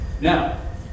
Now